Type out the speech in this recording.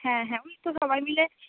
হ্যাঁ হ্যাঁ ওই সবাই মিলে